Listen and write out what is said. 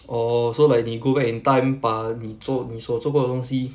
orh so like 你 go back in time 把你做你所做过的东西